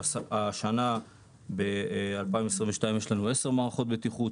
בשנת 2022 יש לנו עשר מערכות בטיחות,